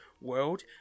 World